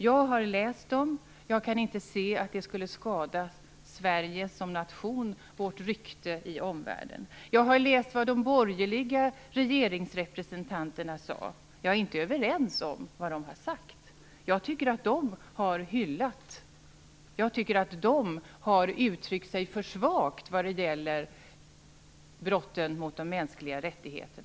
Jag har läst papperen och kan inte se att det skulle skada Sverige som nation eller vårt rykte i omvärlden. Jag har läst vad de borgerliga regeringsrepresentanterna sade. Jag är inte ense med dem om vad de har sagt, utan tycker att de har uttryckt sig för svagt vad gäller brotten mot mänskliga rättigheter.